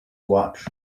watch